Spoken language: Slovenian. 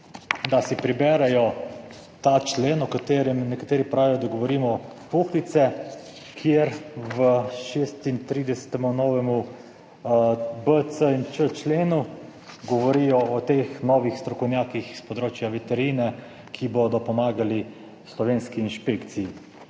da si preberejo ta člen, o katerem nekateri pravijo, da govorimo puhlice, kjer v 36. novemu b, c in č členu govorijo o teh novih strokovnjakih s področja veterine, ki bodo pomagali slovenski inšpekciji.